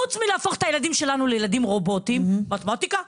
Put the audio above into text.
חוץ מלהפוך את הילדים שלנו לילדים רובוטים: מתמטיקה,